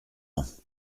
ans